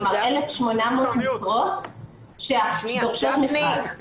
כלומר: 1,800 משרות שדורשות מכרז.